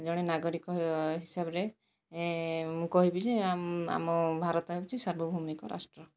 ଜଣେ ନାଗରିକ ହିସାବରେ ମୁଁ କହିବି ଯେ ଆମ ଭାରତ ହେଉଛି ସାର୍ବଭୌମିକ ରାଷ୍ଟ୍ର